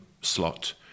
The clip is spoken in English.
slot